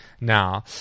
now